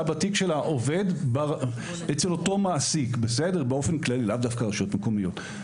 בתיק של העובד אצל אותו מעסיק באופן כללי ולאו דווקא רשויות מקומיות.